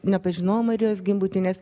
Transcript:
nepažinojau marijos gimbutienės